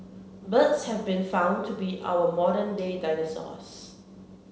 birds have been found to be our modern day dinosaurs